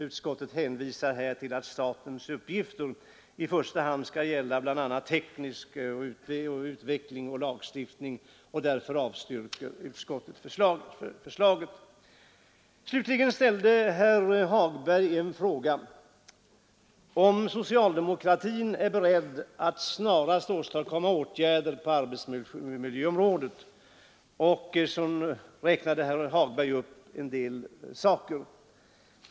Utskottet hänvisar här till att statens uppgift i första hand skall gälla bl.a. teknisk utveckling och lagstiftning, och utskottet avstyrker därför förslaget. Slutligen ställde herr Hagberg en fråga, om socialdemokratin är beredd att snarast åstadkomma åtgärder på arbetsmiljöområdet, och herr Hagberg räknade upp en del saker.